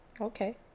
Okay